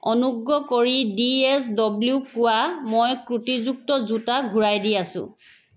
অনুগ্ৰহ কৰি D S W পোৱা মই ক্ৰুটিযুক্ত জোতা ঘূৰাই দি আছোঁ